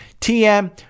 TM